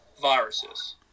viruses